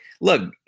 look